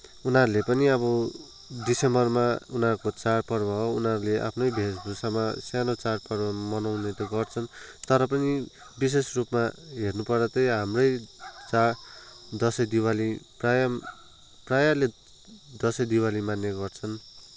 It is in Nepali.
उनीहरूले पनि अब दिसम्बरमा उनीहरूको चाडपर्व हो उनीहरूले आफ्नै वेशभूषामा सानो चाडपर्व मनाउने त गर्छन् तर पनि विशेष रूपमा हेर्नुपर्दा चाहिँ हाम्रै चाड दसैँ दिवाली प्रायः प्रायःले दसैँ दिवाली मान्ने गर्छन्